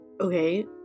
Okay